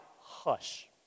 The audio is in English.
hush